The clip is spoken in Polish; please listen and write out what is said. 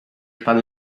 pan